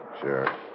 Sure